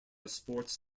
sports